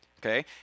Okay